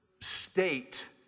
state